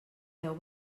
deu